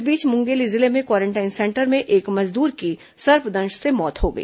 इस बीच मुंगेली जिले में क्वारेंटाइन सेंटर में एक मजदूर की सर्पदंश से मौत हो गई